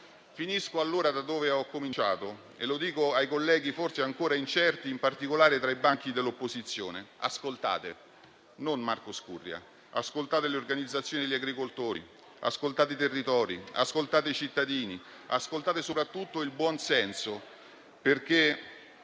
intervento da dove l'ho cominciato e mi rivolgo ai colleghi forse ancora incerti, in particolare tra i banchi dell'opposizione. Ascoltate non Marco Scurria, ma le organizzazioni degli agricoltori, ascoltate i territori, ascoltate i cittadini, ascoltate soprattutto il buon senso, perché